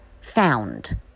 found